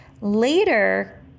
Later